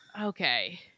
Okay